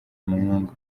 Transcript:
umuhungu